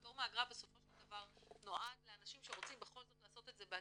פטור מאגרה בסופו של דבר נועד לאנשים שרוצים בכל זאת לעשות את זה בעצמם,